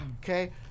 Okay